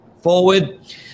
forward